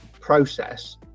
process